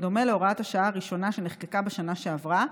בדומה להוראת השעה הראשונה שנחקקה בשנה שעברה,